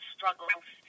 Struggles